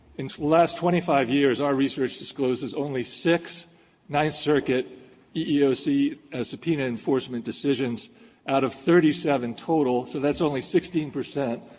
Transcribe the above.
in the last twenty five years, our research discloses only six ninth circuit yeah ah eeoc ah subpoena enforcement decisions out of thirty seven total. so that's only sixteen percent,